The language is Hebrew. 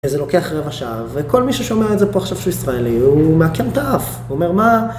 זה לוקח רבע שעה, וכל מי ששומע את זה פה עכשיו שהוא ישראלי, הוא מעקם את האף, הוא אומר מה...